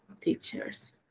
teachers